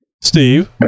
Steve